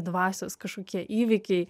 dvasios kažkokie įvykiai